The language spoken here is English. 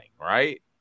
Right